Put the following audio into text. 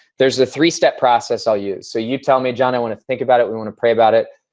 there's a three step process i'll use. so you tell me, jon i want to think about it. we want to pray about it.